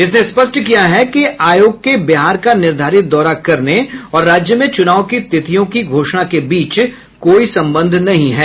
इसने स्पष्ट किया है कि आयोग के बिहार का निर्धारित दौरा करने और राज्य में चुनाव की तिथियों की घोषणा के बीच कोई संबंध नहीं है